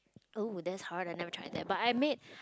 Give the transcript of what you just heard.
oh that's hard I have never tried that but I made